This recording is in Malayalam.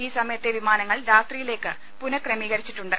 ഈ സമയത്തെ വിമാനങ്ങൾ രാത്രിയിലേക്ക് പുനഃക്രമീകരി ച്ചിട്ടുണ്ട്